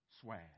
Swag